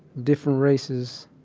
different races,